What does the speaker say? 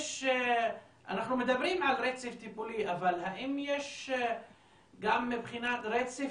אנחנו מדברים רצף טיפולי אבל יש גם מבחינת רצף